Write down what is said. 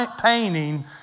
painting